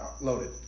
loaded